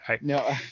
No